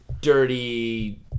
dirty